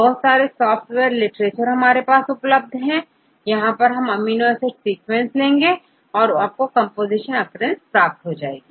बहुत सारे sir software literature में उपलब्ध है यहां आप केवल अमीनो एसिड सीक्वेंस देंगे और आपको कंपोजीशन occurrence प्राप्त हो जाएगी